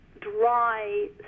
dry